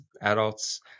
adults